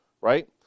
right